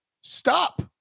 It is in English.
stop